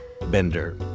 bender